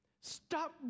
Stop